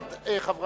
אתה מתרגל